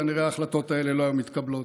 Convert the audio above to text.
כנראה ההחלטות האלו לא היו מתקבלות,